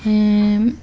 ହେ